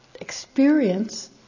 experience